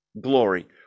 glory